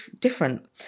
different